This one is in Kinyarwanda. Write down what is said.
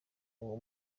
uwo